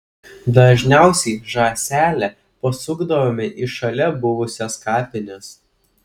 dažniausiai žąsele pasukdavome į šalia buvusias kapines